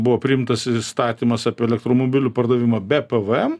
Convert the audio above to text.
buvo priimtas įstatymas apie elektromobilių pardavimą be pvm